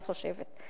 אני חושבת.